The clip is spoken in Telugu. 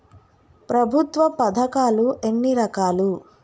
ప్రభుత్వ పథకాలు ఎన్ని రకాలు?